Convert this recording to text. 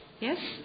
Yes